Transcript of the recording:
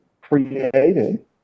created